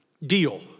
Deal